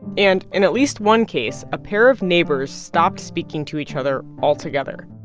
and in at least one case, a pair of neighbors stopped speaking to each other altogether.